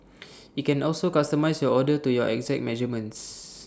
IT can also customise your order to your exact measurements